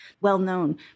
well-known